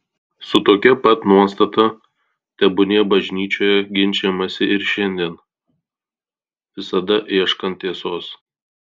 su tokia pat nuostata tebūnie bažnyčioje ginčijamasi ir šiandien visada ieškant tiesos